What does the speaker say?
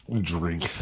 Drink